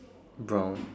brown